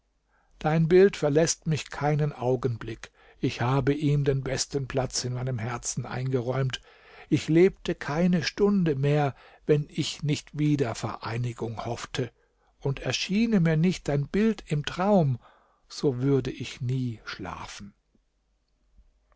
dein bild verläßt mich keinen augenblick ich habe ihm den besten platz in meinem herzen eingeräumt ich lebte keine stunde mehr wenn ich nicht wiedervereinigung hoffte und erschiene mir nicht dein bild im traum so würde ich nie schlafen